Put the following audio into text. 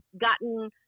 gotten